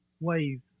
wave